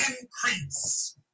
increase